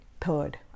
Third